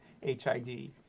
HID